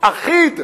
אחיד וזהה,